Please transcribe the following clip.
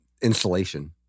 insulation